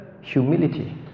humility